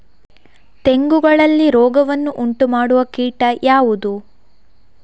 ತೆಂಗುಗಳಲ್ಲಿ ರೋಗವನ್ನು ಉಂಟುಮಾಡುವ ಕೀಟ ಯಾವುದು?